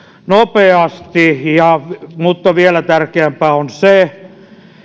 nopeasti mutta vielä tärkeämpää on se